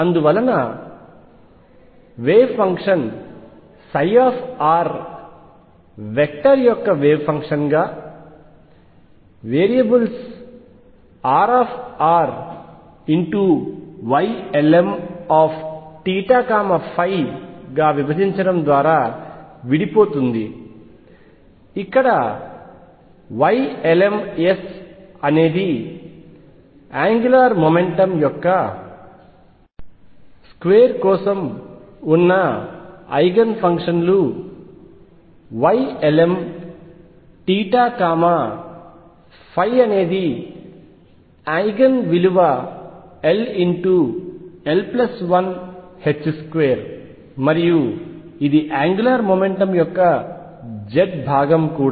అందువలన wave function vector యొక్క ఫంక్షన్గా వేరియబుల్స్ RrYlmθϕ గా విభజించడం ద్వారా విడిపోతుంది ఇక్కడ Ylms అనేది యాంగ్యులాయర్ మొమెంటమ్ యొక్క స్క్వేర్ కోసం ఉన్న ఐగెన్ ఫంక్షన్లు Ylmθϕ అనేది ఐగెన్ విలువ ll12 మరియు ఇది యాంగ్యులాయర్ మొమెంటమ్ యొక్క z భాగం కూడా